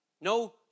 no